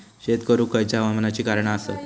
शेत करुक खयच्या हवामानाची कारणा आसत?